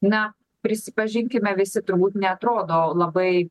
na prisipažinkime visi turbūt neatrodo labai